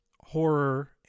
horror